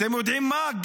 אתם יודעים מה?